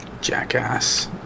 Jackass